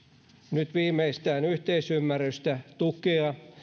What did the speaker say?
nyt viimeistään yhteisymmärrystä tukea